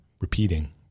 repeating